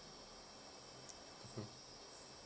mm